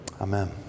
Amen